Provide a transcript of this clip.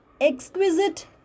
exquisite